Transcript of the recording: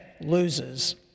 loses